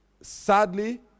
sadly